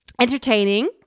entertaining